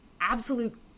absolute